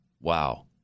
Wow